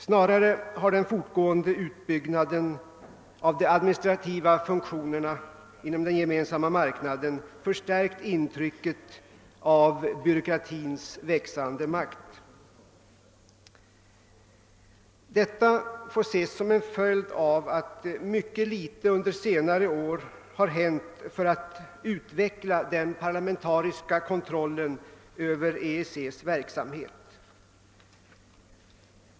Snarare har den fortgående utbyggnaden av de administrativa funktionerna inom Gemensamma marknaden förstärkt intrycket av byråkratins växande makt. Detta får betraktas som en följd av att det under senare år hänt mycket litet i fråga om utveckling av den parlamentariska kontrollen över EEC:s verksamhet.